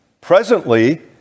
presently